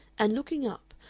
and, looking up,